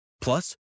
Plus